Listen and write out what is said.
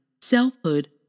selfhood